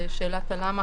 שאלת הלמה,